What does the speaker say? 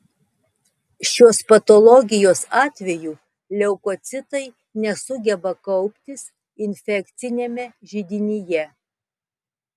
šios patologijos atveju leukocitai nesugeba kauptis infekciniame židinyje